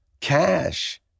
cash